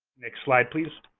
next slide, please.